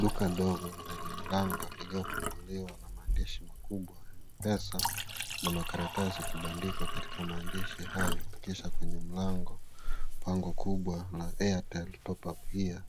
Duka ndogo lenye milango iliyofungukiwa na madirisha kubwa, pesa na makaratasi kupandikwa katika maandishi hayo kisha kwenye mlango. Pande kubwa wa fedha